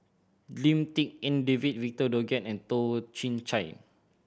Lim Tik En David Victor Doggett and Toh Chin Chye